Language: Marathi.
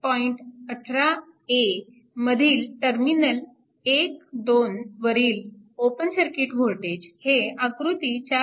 18 a मधील टर्मिनल 1 2 वरील ओपन सर्किट वोल्टेज हे आकृती 4